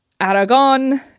Aragon